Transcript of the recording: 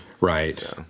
Right